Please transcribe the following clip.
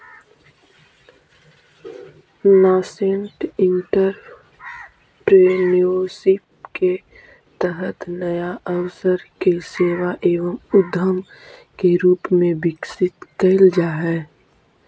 nascent entrepreneurship के तहत नया अवसर के सेवा एवं उद्यम के रूप में विकसित कैल जा हई